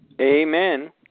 Amen